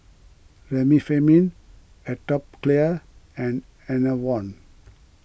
Remifemin Atopiclair and Enervon